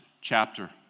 chapter